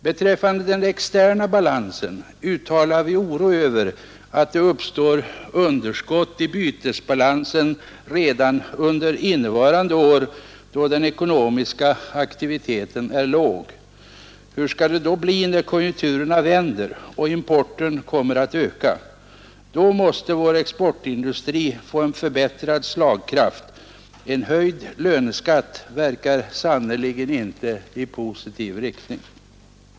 Beträffande den externa balansen uttalar vi oro över att det uppstår underskott i bytesbalansen redan under innevarande år, då den ekonomiska aktiviteten är låg. Hur skall det då bli när konjunkturerna vänder och importen kommer att öka? Då måste vår exportindustri få en förbättrad slagkraft. En höjd löneskatt verkar sannerligen inte i positiv riktning!